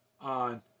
on